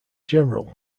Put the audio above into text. general